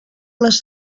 les